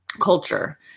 culture